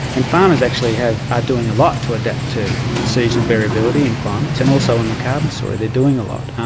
and farmers actually are ah doing a lot to adapt to seasonal variability in climates, and also on the carbon story they're doing a lot. um